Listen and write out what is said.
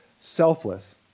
selfless